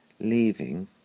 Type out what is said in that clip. leaving